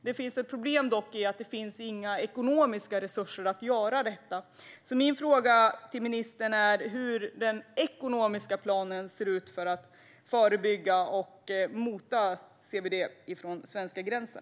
Det finns dock ett problem, nämligen att det inte finns några ekonomiska resurser för att göra detta. Min fråga till ministern är därför: Hur ser den ekonomiska planen ut för att förebygga och mota CWD från den svenska gränsen?